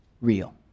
real